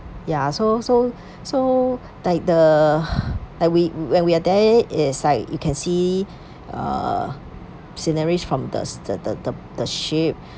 ya so so so like the like we when we are there it's like you can see uh scenery from the the the the the ship